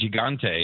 Gigante